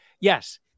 yes